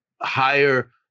higher